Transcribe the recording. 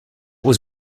was